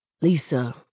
Lisa